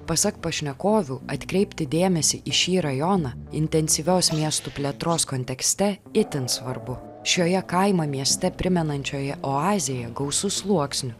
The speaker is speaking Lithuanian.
pasak pašnekovių atkreipti dėmesį į šį rajoną intensyvios miestų plėtros kontekste itin svarbu šioje kaimą mieste primenančioje oazėje gausu sluoksnių